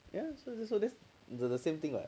ya so just so that's the same thing right